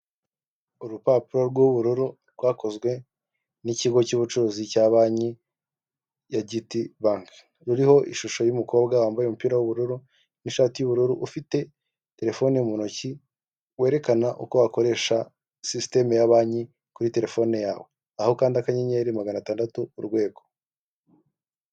Urupapuro rw'ubururu rwakozwe n'ikigo cy'ubucuruzi cya banki ya giti banki. Ruriho ishusho y'umukobwa wambaye umupira w'ubururu n'ishati y'ubururu, ufite telefone mu ntoki, werekana uko wakoresha sisiteme ya banki kuri telefone yawe. Aho ukandi akanyenyeri, magana atandatu, urwego.